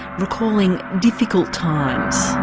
recalling difficult times.